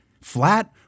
flat